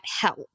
help